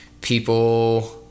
people